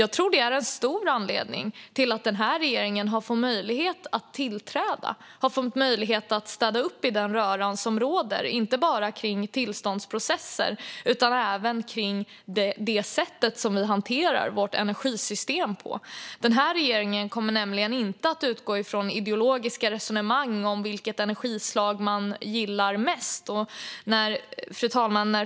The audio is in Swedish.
Jag tror att det är en stor anledning till att den här regeringen har fått möjlighet att tillträda och möjlighet att städa upp i den röra som råder när det gäller inte bara tillståndsprocesser utan även vårt sätt att hantera vårt energisystem. Den här regeringen kommer nämligen inte att utgå från ideologiska resonemang om vilket energislag man gillar mest. Fru talman!